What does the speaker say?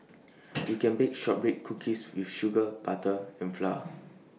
you can bake Shortbread Cookies with sugar butter and flour